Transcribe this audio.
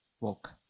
walk